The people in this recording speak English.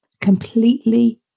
completely